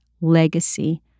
legacy